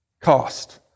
Cost